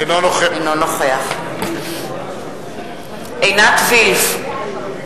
אינו נוכח עינת וילף,